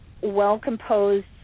well-composed